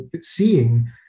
seeing